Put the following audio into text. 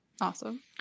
Awesome